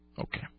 Okay